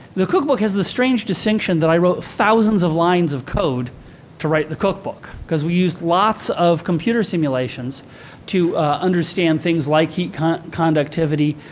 the cookbook has the strange distinction that i wrote thousands of lines of code to write the cookbook, cause we used lots of computer simulations to understand things like heat conductivity,